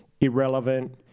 irrelevant